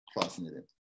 fascinating